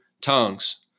tongues